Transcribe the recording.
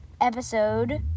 episode